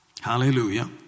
Hallelujah